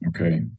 Okay